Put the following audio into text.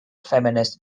feminist